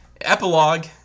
epilogue